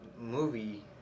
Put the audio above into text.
movie